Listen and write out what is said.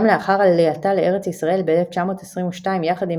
גם לאחר עלייתה לארץ ישראל ב-1922 יחד עם